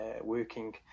working